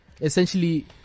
Essentially